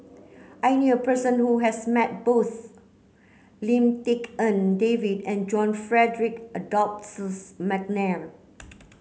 I knew a person who has met both Lim Tik En David and John Frederick Adolphus McNair